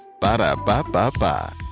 Ba-da-ba-ba-ba